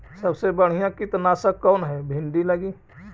सबसे बढ़िया कित्नासक कौन है भिन्डी लगी?